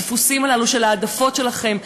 בדפוסים הללו של ההעדפות שלכם,